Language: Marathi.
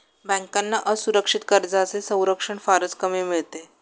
बँकांना असुरक्षित कर्जांचे संरक्षण फारच कमी मिळते